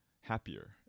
happier